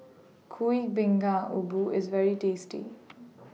Kuih Bingka IS very tasty